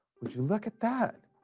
would you look at that?